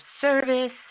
service